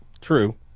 True